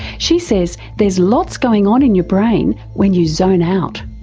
she says there's lots going on in your brain when you zone out.